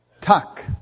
Tuck